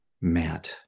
Matt